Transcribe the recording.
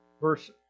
verse